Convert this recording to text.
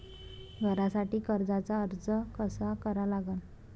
घरासाठी कर्जाचा अर्ज कसा करा लागन?